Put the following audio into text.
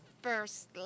First